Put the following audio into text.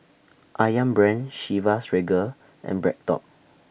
Ayam Brand Chivas Regal and BreadTalk